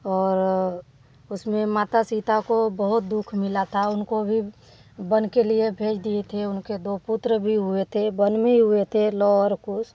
और उसमें माता सीता को बहुत दु ख मिला था उनको भी बन के लिए भेज दिए थे उनके दो पुत्र भी हुए थे बन में ही हुए थे लव और कुश